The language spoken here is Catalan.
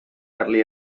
carlí